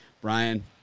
Brian